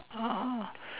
oh